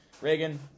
Reagan